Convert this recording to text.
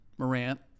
Morant